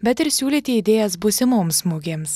bet ir siūlyti idėjas būsimoms mugėms